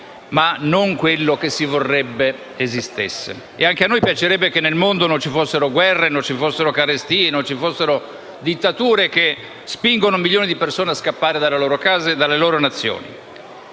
e non quello che si vorrebbe esistesse. Anche a noi piacerebbe che nel mondo non ci fossero guerre, carestie e dittature, che spingono milioni di persone a scappare dalle loro case e dalle loro Nazioni.